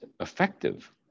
effective